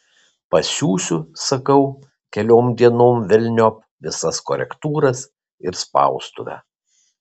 pasiųsiu sakau keliom dienom velniop visas korektūras ir spaustuvę